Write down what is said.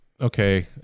okay